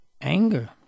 anger